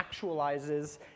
actualizes